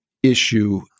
issue